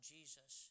Jesus